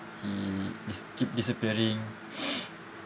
he is keep disappearing